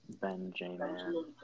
Benjamin